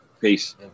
Peace